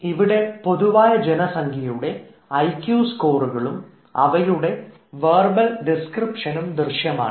ഇവിടെ പൊതു ജനസംഖ്യയുടെ ഐക്യു സ്കോറുകളും അവയുടെ വെർബൽ ഡിസ്ക്രിപ്ഷൻസും ദൃശ്യമാണ്